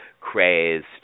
crazed